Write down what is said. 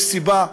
יש סיבה,